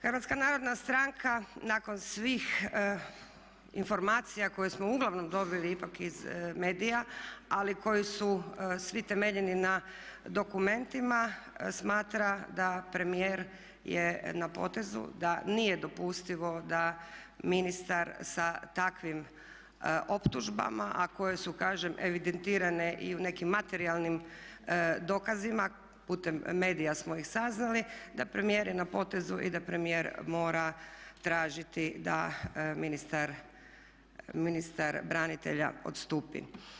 Hrvatska narodna stranka nakon svih informacija koje smo uglavnom dobili ipak iz medija ali koji su svi temeljeni na dokumentima smatra da premijer je na potezu da nije dopustivo da ministar sa takvim optužbama a koje su kažem evidentirane i u nekim materijalnim dokazima, putem medija smo ih saznali, da premijer je na potezu i da premijer mora tražiti da ministar branitelja odstupi.